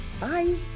Bye